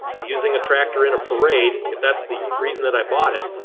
using a tractor in a parade, if that's the reason that i bought it,